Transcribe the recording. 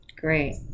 Great